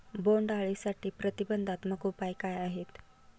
बोंडअळीसाठी प्रतिबंधात्मक उपाय काय आहेत?